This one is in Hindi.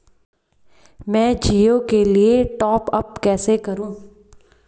मैं जिओ के लिए टॉप अप कैसे करूँ?